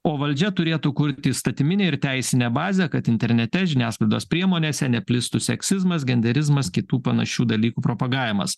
o valdžia turėtų kurti įstatyminę ir teisinę bazę kad internete žiniasklaidos priemonėse neplistų seksizmas genderizmas kitų panašių dalykų propagavimas